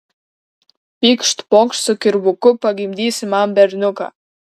pykšt pokšt su kirvuku pagimdysi man berniuką